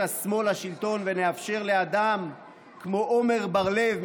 השמאל לשלטון ונאפשר לאדם כמו עמר בר לב,